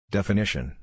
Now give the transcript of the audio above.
Definition